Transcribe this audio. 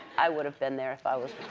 i would have been there if i was.